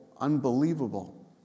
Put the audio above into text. unbelievable